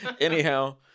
Anyhow